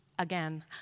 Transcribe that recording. Again